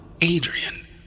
Adrian